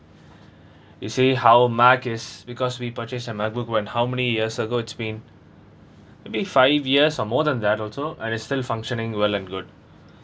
you see how mac is because we purchase them macbook when how many years ago it's been maybe five years or more than that also and it's still functioning well and good